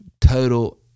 total